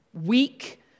weak